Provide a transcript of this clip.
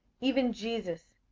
even jesus,